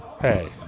Hey